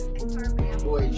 Boy